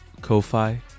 Ko-Fi